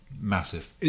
massive